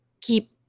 keep